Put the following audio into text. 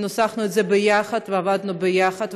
וניסחנו את זה יחד ועבדנו יחד,